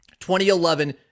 2011